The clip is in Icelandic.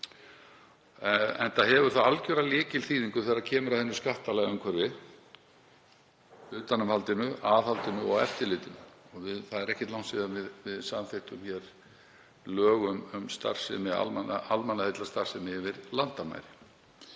enda hefur það algjöra lykilþýðingu þegar kemur að hinu skattalega umhverfi, utanumhaldinu, aðhaldinu og eftirlitinu. Það er ekki langt síðan við samþykktum lög um almannaheillastarfsemi yfir landamæri.